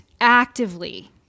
actively